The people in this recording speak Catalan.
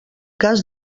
cas